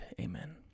Amen